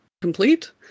complete